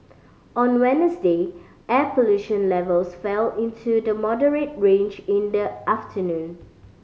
on Wednesday air pollution levels fell into the moderate range in the afternoon